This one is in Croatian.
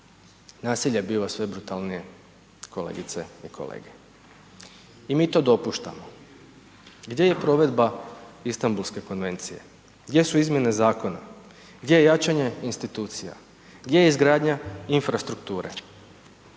Nasilje biva sve brutalnije kolegice i kolege. I mi to dopuštamo. Gdje je provedba Istambulske konvencije? Gdje su izmjene zakona? Gdje je jačanje institucija? Gdje je izgradnja infrastrukture?